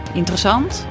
interessant